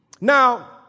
Now